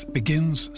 begins